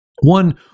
One